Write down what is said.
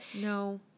no